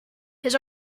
his